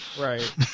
Right